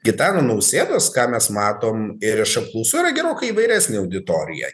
gitano nausėdos ką mes matom ir iš apklausų yra gerokai įvairesnė auditorija